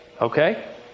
Okay